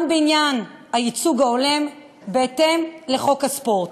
בעניין הייצוג ההולם בהתאם לחוק הספורט.